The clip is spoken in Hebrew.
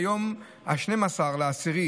מיום 12 באוקטובר 2023,